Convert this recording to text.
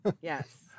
Yes